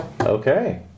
Okay